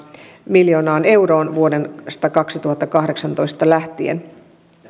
miljoonaan euroon vuodesta kaksituhattakahdeksantoista lähtien